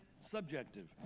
subjective